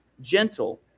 gentle